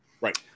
Right